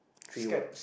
three words